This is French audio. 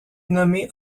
nommée